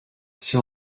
c’est